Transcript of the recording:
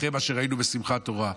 אחרי מה שראינו בשמחת תורה.